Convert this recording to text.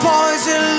Poison